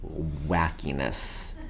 wackiness